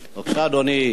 בבקשה, אדוני.